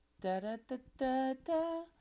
Da-da-da-da-da